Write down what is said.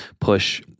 push